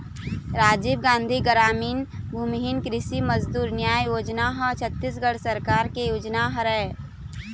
राजीव गांधी गरामीन भूमिहीन कृषि मजदूर न्याय योजना ह छत्तीसगढ़ सरकार के योजना हरय